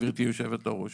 גברתי יושבת הראש.